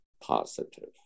positive